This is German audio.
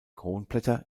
kronblätter